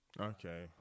okay